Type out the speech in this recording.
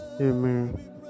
Amen